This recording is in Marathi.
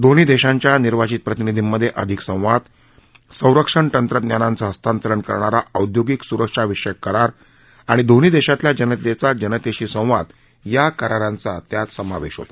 दोन्ही देशांच्या निर्वाचित प्रतिनिधींमधे अधिक संवाद संरक्षण तंत्रज्ञानाचं हस्तांतरण करणारा औद्योगिक सुरक्षाविषयक करार आणि दोन्ही देशातल्या जनतेचा जनतेशी संवाद या कराराचा समावेश होता